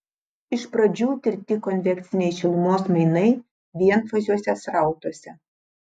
iš pradžių tirti konvekciniai šilumos mainai vienfaziuose srautuose